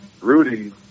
Rudy